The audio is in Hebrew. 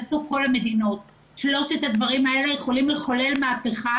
ואז עסקים שהמחזור שלהם ירד מהותית מיד יפוצו,